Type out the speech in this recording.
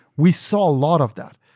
we saw a lot of that,